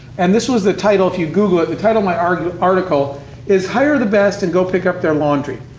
and this was the title, if you google it, the title of my article article is hire the best and go pick up their laundry.